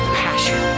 passion